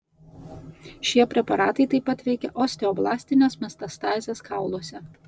šie preparatai taip pat veikia osteoblastines metastazes kauluose